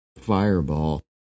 fireball